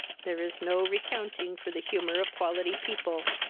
there is no recounting for the humour of quality people.